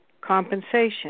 compensation